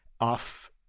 off